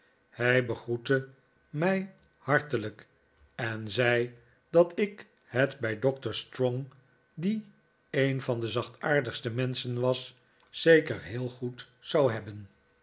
hij begroette mij hartelijk en zei dat ik het bij doctor strong die een van de zachtaardigste menschen was zeker heel goed zou hebben